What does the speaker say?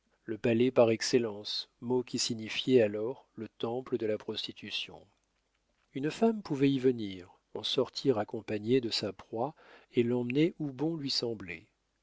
le palais par excellence mot qui signifiait alors le temple de la prostitution une femme pouvait y venir en sortir accompagnée de sa proie et l'emmener où bon lui semblait